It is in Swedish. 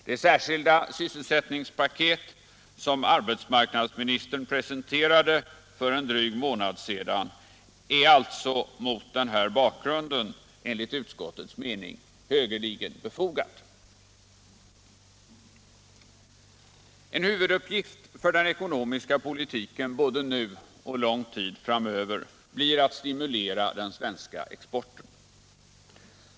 Det särskilda sysselsättningspaket som arbetsmarknadsministern presenterade för en dryg månad sedan är alltså mot den här bakgrunden enligt utskottets mening högeligen befogat. En huvuduppgift för den ekonomiska politiken både nu och lång tid framöver blir att stimulera den svenska exporten.